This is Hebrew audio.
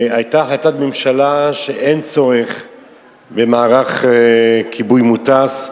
והיתה החלטת הממשלה שאין צורך במערך כיבוי מוטס.